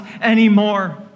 anymore